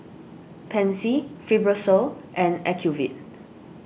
Pansy Fibrosol and Ocuvite